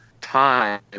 Time